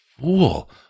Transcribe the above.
fool